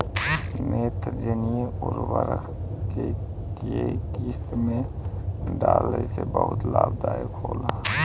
नेत्रजनीय उर्वरक के केय किस्त में डाले से बहुत लाभदायक होला?